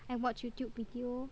I watch YouTube video